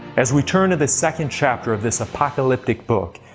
as we turn to the second chapter of this apocalyptic book,